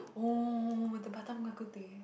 oh with the Batam bak-kut-teh